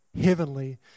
heavenly